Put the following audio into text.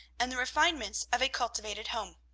and the refinements of a cultivated home.